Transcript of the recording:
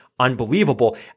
unbelievable